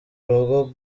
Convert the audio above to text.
rugo